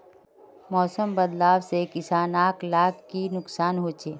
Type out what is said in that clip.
मौसम बदलाव से किसान लाक की नुकसान होचे?